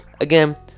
Again